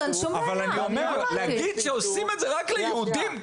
אבל להגיד שעושים את זה רק ליהודים?